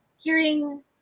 hearing